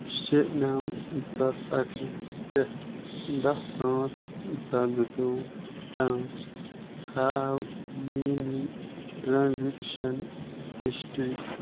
شےٚ نَو زٕ ساس اَکہٕ وُہ پٮ۪ٹھ دَہ پانٛژھ زٕ ساس زٕتووُہ تام ہاو مینی ٹرانزیکشن ہسٹری